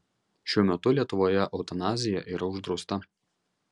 šiuo metu lietuvoje eutanazija yra uždrausta